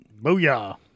Booyah